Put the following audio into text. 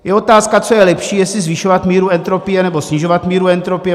Je otázka, co je lepší, jestli zvyšovat míru entropie, nebo snižovat míru entropie.